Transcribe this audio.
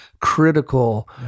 critical